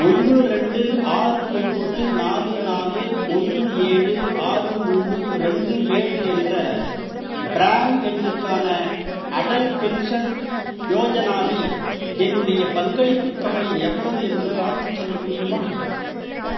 ஒன்று ரெண்டு ஆறு ஒம்போது நாலு நாலு ஒன்று ஏழு ஆறு மூணு ரெண்டு ஏழு என்ற பிரான் எண்ணுக்கான அடல் பென்ஷன் யோஜனாவில் என்னுடைய பங்களிப்புத் தொகை எவ்வளவு என்று பார்த்துச் சொல்ல முடியுமா